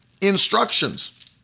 instructions